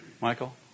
Michael